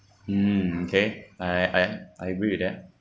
hmm okay I I I agree with that